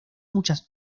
muchas